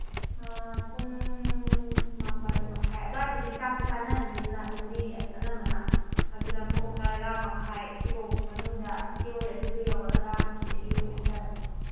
ꯄꯨꯡ ꯃꯥꯄꯟ ꯃꯈꯥꯏ ꯑꯗ꯭ꯋꯥꯏꯗꯗꯤ ꯆꯥꯛꯁꯦ ꯆꯥꯅꯔꯅꯤꯅ ꯑꯗꯨ ꯃꯤ ꯑꯅꯝꯕꯅ ꯑꯗꯨꯅ ꯄꯨꯡ ꯇꯔꯥꯃꯈꯥꯏ ꯁꯤꯕꯨꯛ ꯃꯅꯨꯡꯗ ꯏꯆꯦꯍꯣꯏ ꯑꯗꯨꯗꯣ ꯌꯧꯔꯒ ꯇꯔꯥꯃꯥꯊꯣꯏꯗꯒꯤ ꯑꯣꯏ ꯁꯨꯖꯔꯒꯦ